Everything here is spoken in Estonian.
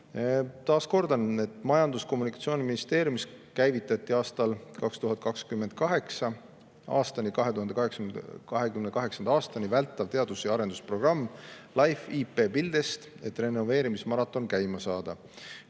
Taas kordan, et Majandus- ja Kommunikatsiooniministeeriumis käivitati 2028. aastani vältav teadus- ja arendusprogramm LIFE IP BuildEST, et renoveerimismaraton käima saada.